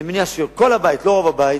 אני מניח שכל הבית, לא רוב הבית,